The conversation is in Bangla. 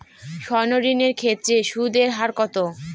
সর্ণ ঋণ এর ক্ষেত্রে সুদ এর হার কত?